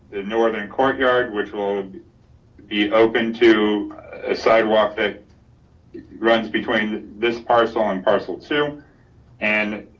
the northern courtyard, which will be open to a sidewalk that runs between this parcel and parcel two and